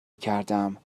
کردم